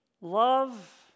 love